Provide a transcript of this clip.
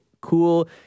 cool